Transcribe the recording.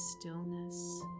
stillness